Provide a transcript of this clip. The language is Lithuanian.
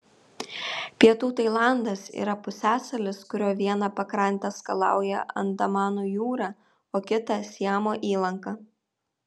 pietų tailandas yra pusiasalis kurio vieną pakrantę skalauja andamanų jūra o kitą siamo įlanka